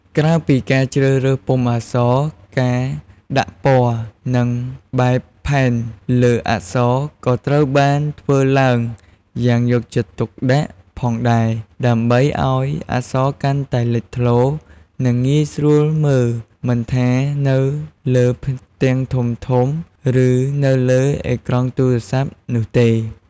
ក្រៅពីការជ្រើសរើសពុម្ពអក្សរ ការដាក់ពណ៌ និងបែបផែនលើអក្សរក៏ត្រូវបានធ្វើឡើងយ៉ាងយកចិត្តទុកដាក់ផងដែរ ដើម្បីឱ្យអក្សរកាន់តែលេចធ្លោ និងងាយស្រួលមើលមិនថានៅលើផ្ទាំងធំៗ ឬនៅលើអេក្រង់ទូរសព្ទនោះទេ ។